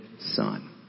son